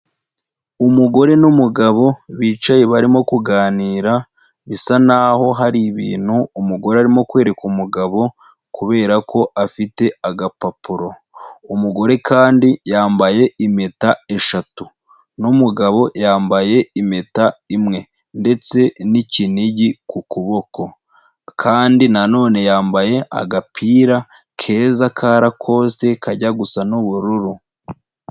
Umugore n'umugabo bicaye barimo kuganira bisa naho hari ibintu umugore arimo kwereka umugabo kubera ko afite agapapuro. Umugore kandi yambaye impeta eshatu. N'umugabo yambaye impeta imwe ndetse n'ikinigi ku kuboko. Kandi na none yambaye agapira keza ka rakosite kajya gusa n'ubururu.